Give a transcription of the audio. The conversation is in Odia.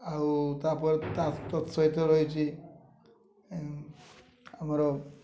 ଆଉ ତା'ପରେ ତତ୍ ସହିତ ରହିଚି ଆମର